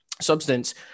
substance